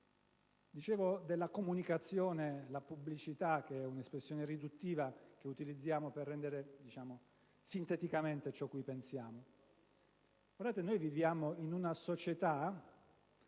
Dicevo della comunicazione, della pubblicità, espressione riduttiva che utilizziamo per rendere sinteticamente ciò che pensiamo. Viviamo in una società